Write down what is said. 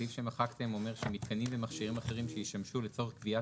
הסעיף שמחקתם אומר שמתקנים ומכשירים אחרים שישמשו לצורך גביית